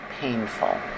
painful